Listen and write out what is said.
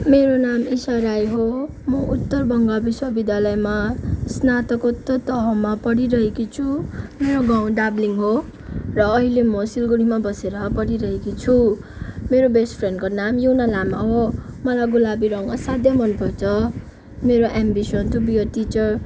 मेरो नाम ईसा राई हो म उत्तर बङ्ग विश्वविद्यालयमा स्नात्तकोत्तर तहमा पढिरेहेकी छु मेरो गाउँ डाबलिङ हो र अहिले म सिलगढीमा बसेर पढिरहेकी छु मेरो बेस्ट फ्रेन्डको नाम युना लामा हो मलाई गुलाबी रङ्ग असाध्यै मन पर्छ मेरो ambition to be a teacher